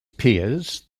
peers